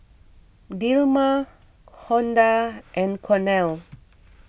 Dilmah Honda and Cornell